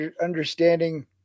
understanding